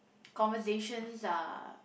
conversations are